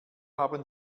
haben